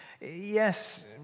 Yes